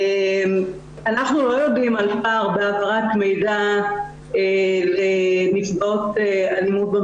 אנחנו לא יודעים על פער בהעברת מידע לנפגעות אלמ"ב,